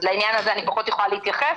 אז לעניין הזה אני פחות יכולה להתייחס,